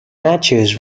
matches